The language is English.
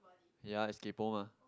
ya is kaypo mah